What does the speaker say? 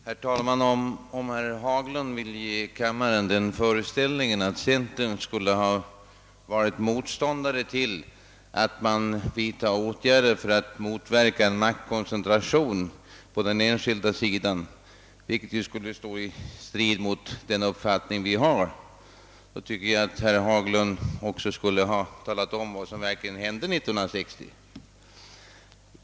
Herr talman! Herr Haglund vill tydligen ge kammaren den föreställningen att centerpartiet är motståndare till att åtgärder vidtages för att motverka maktkoncentration på den enskilda sidan, vilket skulle stå i strid mot den uppfattning som vi säger oss ha. Herr Haglund borde i stället ha talat om vad som verkligen hände 1950.